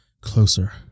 Closer